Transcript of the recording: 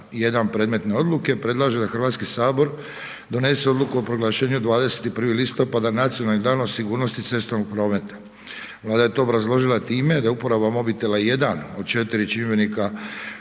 1. predmetne odluke, predlaže da Hrvatski sabor donese Odluku o proglašenju 21. listopada Nacionalnim danom sigurnosti cestovnog prometa. Vlada je to obrazložila time da uporaba mobitela jedan od četiri